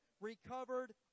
recovered